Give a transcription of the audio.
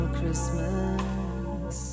Christmas